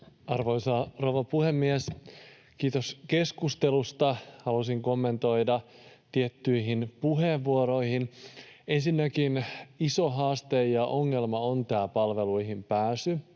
Arvoisa rouva puhemies! Kiitos keskustelusta. Haluaisin kommentoida tiettyjä puheenvuoroja. Ensinnäkin iso haaste ja ongelma on tämä palveluihin pääsy,